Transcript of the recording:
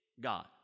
God